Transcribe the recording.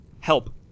Help